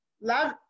love